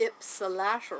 ipsilateral